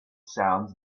sounds